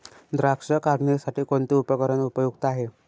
द्राक्ष काढणीसाठी कोणते उपकरण उपयुक्त आहे?